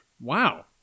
wow